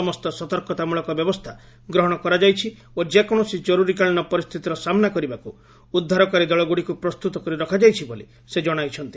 ସମସ୍ତ ସତର୍କତାମୂଳକ ବ୍ୟବସ୍ଥା ଗ୍ରହଣ କରାଯାଇଛି ଓ ଯେକୌଣସି ଜରୁରିକାଳୀନ ପରିସ୍ଥିତିର ସାମ୍ବା କରିବାକୁ ଉଦ୍ଧାରକାରୀ ଦଳଗୁଡ଼ିକୁ ପ୍ରସ୍ତୁତ କରି ରଖାଯାଇଛି ବୋଲି ସେ ଜଣାଇଛନ୍ତି